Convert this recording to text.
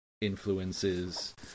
influences